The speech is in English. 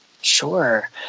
Sure